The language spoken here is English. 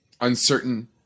uncertain